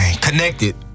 connected